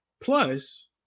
plus